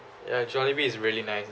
ya jollibee is really nice